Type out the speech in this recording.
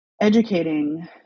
educating